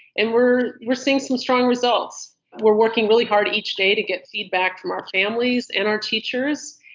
and we're we're seeing some strong results. we're working really hard each day to get feedback from our families and our teachers.